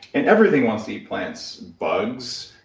and everything wants to eat plants bugs,